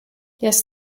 yes